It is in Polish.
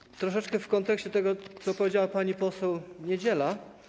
Powiem troszeczkę w kontekście tego, co powiedziała pani poseł Niedziela.